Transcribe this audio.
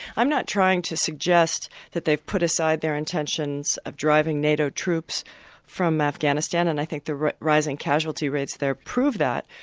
i'm not trying to suggest that they've put aside their intentions of driving nato troops from afghanistan, and i think the rising casualty rates there prove that.